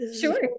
Sure